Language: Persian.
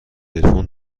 تلفن